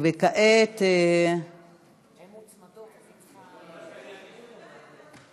אלה שהוצמדו לשאשא ביטון,